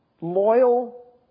loyal